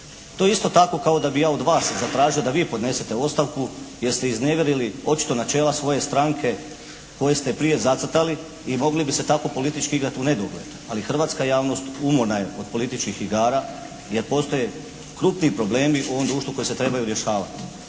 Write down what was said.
To isto tako kao da bi ja od vas zatražio da vi podnesete ostavku jer ste iznevjerili očito načela svoje stranke koje ste prije zacrtali. I mogli bi se tako politički gledati u nedogled. Ali hrvatska javnost umorna je od političkih igara. Jer postoje krupni problemi u ovom društvu koji se trebaju rješavati.